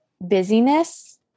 busyness